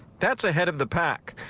that's ahead of the pack.